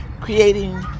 creating